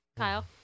Kyle